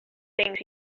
things